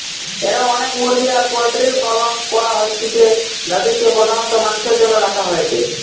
এরম অনেক মুরগি আর পোল্ট্রির পালন করা হইতিছে যাদিরকে প্রধানত মাংসের জন্য রাখা হয়েটে